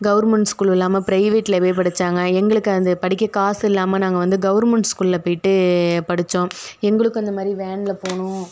government school இல்லாமல் பிரைவேட்டில் போய் படித்தாங்க எங்களுக்கு அது படிக்க காசுல்லாமல் நாங்கள் வந்து கவுர்மண்ட் ஸ்கூலில் போயிட்டு படித்தோம் எங்களுக்கும் அந்தமாதிரி வேனில் போகணும்